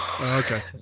Okay